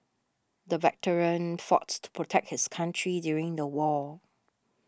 the veteran fought to protect his country during the war